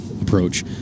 approach